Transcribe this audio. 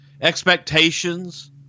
expectations